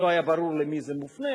שלא היה ברור למי זה מופנה,